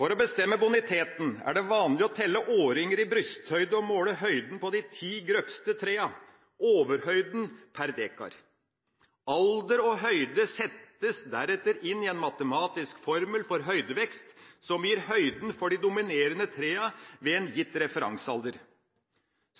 For å bestemme boniteten er det vanlig å telle årringer i brysthøyde og måle høyden på de ti grøvste trærne – overhøyden – per dekar. Alder og høyde settes deretter inn i en matematisk formel for høydevekst som gir høyden for de dominerende trærne ved en gitt referansealder.